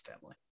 family